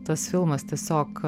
tas filmas tiesiog